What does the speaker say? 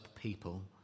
people